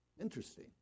Interesting